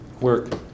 work